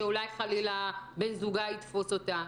שאולי חלילה בן זוגה יתפוס אותה.